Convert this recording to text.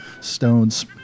Stones